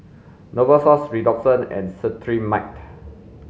Novosource Redoxon and Cetrimide